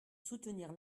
soutenir